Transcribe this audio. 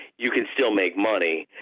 you can still make money.